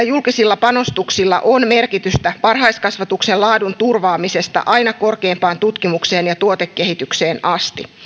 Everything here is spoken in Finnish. julkisilla panostuksilla on merkitystä varhaiskasvatuksen laadun turvaamisesta aina korkeimpaan tutkimukseen ja tuotekehitykseen asti